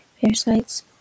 parasites